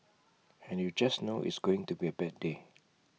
and you just know it's going to be A bad day